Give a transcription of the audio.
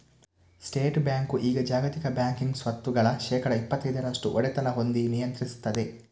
state Bank ಈಗ ಜಾಗತಿಕ banking ಸ್ವತ್ತುಗಳ ಶೇಕಡಾ ಇಪ್ಪತೈದರಷ್ಟು ಒಡೆತನ ಹೊಂದಿ ನಿಯಂತ್ರಿಸ್ತದೆ